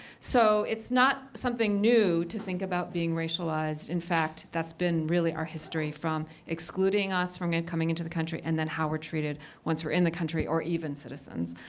so it's not something new to think about being racialized. in fact, that's been, really, our history from excluding us from coming into the country and then how we're treated once we're in the country or even citizens.